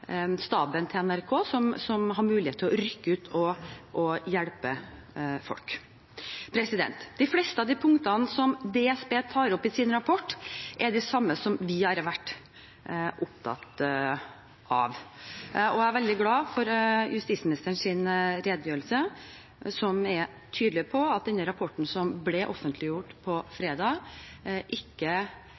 hjelpe folk. De fleste av de punktene som DSB tar opp i sin rapport, er de samme som vi har vært opptatt av. Jeg er veldig glad for justisministerens redegjørelse, som er tydelig på at denne rapporten, som ble offentliggjort på fredag, ikke